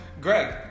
greg